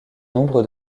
nombre